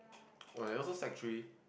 when I also sec three